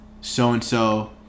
so-and-so